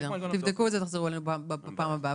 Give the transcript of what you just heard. תבדקו את זה ותחזרו אלינו בפעם הבאה.